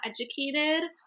educated